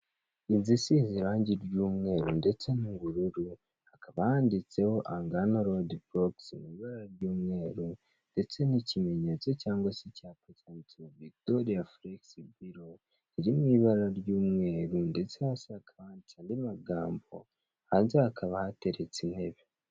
Inzu isize irange ry'umweru ndetse n'ubururu hakaba handitseho angano rodiborokisi mu ibara ry'umweru ndetse n'ikimenyetso cyangwa se icyapa cyanditseho vigitoriya foregisi biro riri mu ibara ry'umweru ndetse hasi hakaba handitse andi magambo hanze hakaba hateretse intebe.